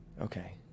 Okay